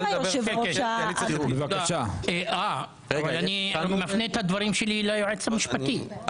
מפנה את הדברים שלי ליועצת המשפטית.